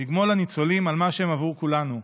לגמול לניצולים על מה שהם עבור כולנו,